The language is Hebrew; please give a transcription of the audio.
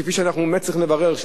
כפי שאנחנו באמת צריכים לברר,